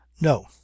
no